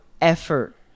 effort